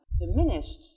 diminished